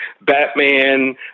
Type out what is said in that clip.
Batman